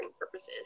purposes